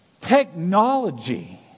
Technology